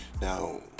Now